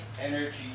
energy